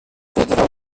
podrà